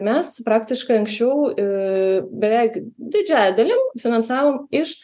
mes praktiškai anksčiau i beveik didžiąja dalim finansavom iš